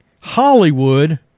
Hollywood